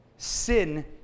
Sin